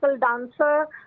dancer